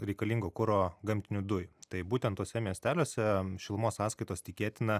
reikalingo kuro gamtinių dujų tai būtent tuose miesteliuose šilumos sąskaitos tikėtina